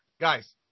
Guys